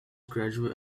graduate